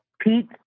Pete